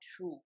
true